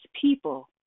people